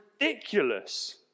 ridiculous